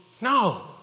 No